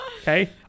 Okay